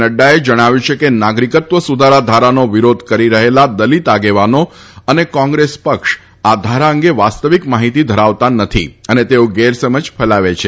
નફાએ જણાવ્યું છે કે નાગરિકત્વ સુધારા ધારાનો વિરોધ કરી રહેલા દલીત આગેવાનો અને કોંગ્રેસ પક્ષ આ ધારા અંગે વાસ્તવિક માહિતી ધરાવતા નથી અને તેઓ ગેરસમજ ફેલાવે છે